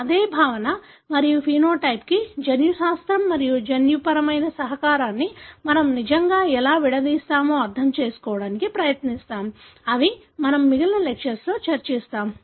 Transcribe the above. అదే భావన మరియు సమలక్షణానికి జన్యుశాస్త్రం మరియు జన్యుపరమైన సహకారాన్ని మనం నిజంగా ఎలా విడదీస్తామో అర్థం చేసుకోవడానికి ప్రయత్నిస్తాము అవి మనము మిగిలిన లెక్చర్స్ లో చర్చిస్తాము